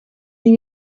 mir